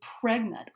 pregnant